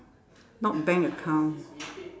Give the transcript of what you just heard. not bank account